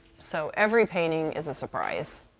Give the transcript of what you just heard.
so every painting is a surprise.